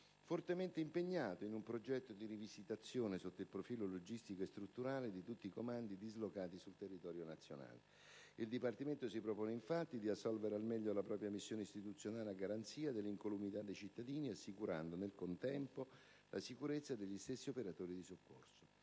fortemente impegnato in un progetto di rivisitazione, sotto il profilo logistico e strutturale, di tutti i comandi dislocati sul territorio nazionale. Il Dipartimento si propone, infatti, di assolvere al meglio la propria missione istituzionale a garanzia dell'incolumità dei cittadini, assicurando, nel contempo, la sicurezza degli stessi operatori del soccorso.